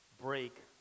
break